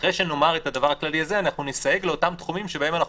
שאחרי שנאמר את הדבר הכללי הזה אנחנו נסייג לאותם תחומים שבהם אנחנו